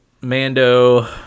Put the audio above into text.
mando